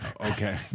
Okay